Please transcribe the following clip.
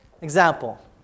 example